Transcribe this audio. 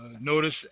notice